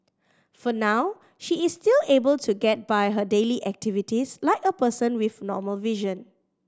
for now she is still able to get by her daily activities like a person with normal vision